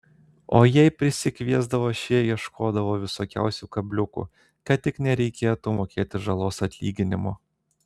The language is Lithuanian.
o jei prisikviesdavo šie ieškodavo visokiausių kabliukų kad tik nereikėtų mokėti žalos atlyginimo